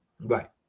Right